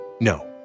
No